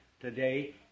today